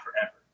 forever